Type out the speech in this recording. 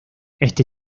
este